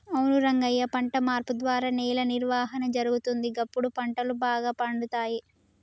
అవును రంగయ్య పంట మార్పు ద్వారా నేల నిర్వహణ జరుగుతుంది, గప్పుడు పంటలు బాగా పండుతాయి